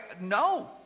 no